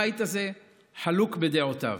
הבית הזה חלוק בדעותיו,